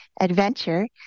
adventure